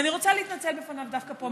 ואני רוצה להתנצל לפניו דווקא פה,